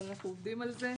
אבל אנחנו עובדים על זה.